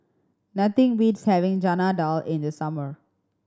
nothing beats having Chana Dal in the summer